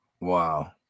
Wow